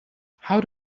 how